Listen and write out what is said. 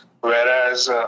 Whereas